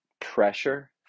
pressure